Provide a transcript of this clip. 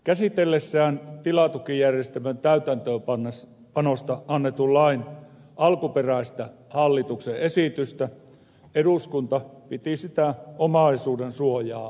käsitellessään tilatukijärjestelmän täytäntöönpanosta annetun lain alkuperäistä hallituksen esitystä eduskunta piti sitä omaisuuden suojaa loukkaavana